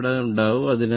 അത് അവിടെ ഉണ്ടാകും